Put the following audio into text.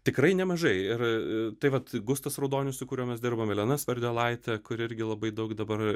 tikrai nemažai ir tai vat gustas raudonius su kuriuo mes dirbam elena sverdiolaitė kuri irgi labai daug dabar